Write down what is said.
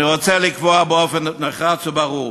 אני רוצה לקבוע באופן נחרץ וברור: